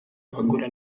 abagura